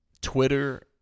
Twitter